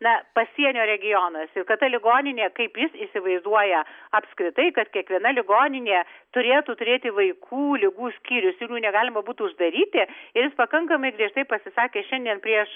na pasienio regionas ir kad ta ligoninė kaip jis įsivaizduoja apskritai kad kiekviena ligoninė turėtų turėti vaikų ligų skyrius ir jų negalima būtų uždaryti ir jis pakankamai griežtai pasisakė šiandien prieš